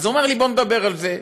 אז הוא אמר לי: בוא נדבר על זה.